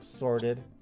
sorted